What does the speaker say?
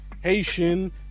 Haitian